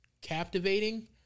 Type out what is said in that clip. captivating